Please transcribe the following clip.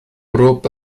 ربع